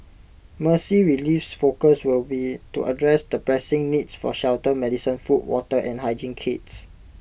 Mercy Relief's focus will be to address the pressing needs for shelter medicine food water and hygiene kits